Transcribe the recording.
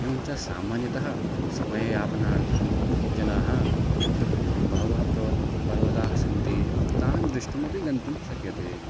एवं च सामान्यतः समययापनार्थं जनाः तत्र बहवः प्रव् पर्वताः सन्ति तान् द्रष्टुमपि गन्तुं शक्यते